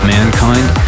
Mankind